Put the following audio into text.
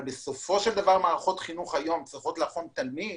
אבל בסופו של דבר מערכות חינוך היום צריכות להפוך תלמיד